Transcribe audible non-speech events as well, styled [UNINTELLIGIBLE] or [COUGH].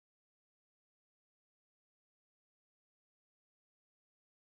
[UNINTELLIGIBLE]